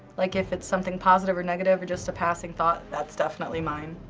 like if it's something positive or negative or just a passing thought? that's definitely mine.